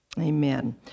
amen